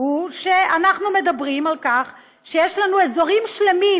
הוא שאנחנו מדברים על כך שיש לנו אזורים שלמים